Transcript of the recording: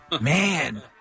Man